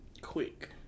Quick